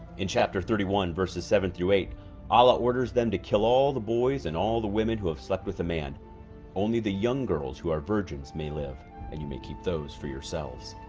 in chapter thirty one verses seven to eight allah orders them to kill all the boys and all the women who have slept with a man only the young girls who are virgins may live and you may keep those for yourselves